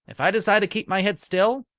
if i decide to keep my head still,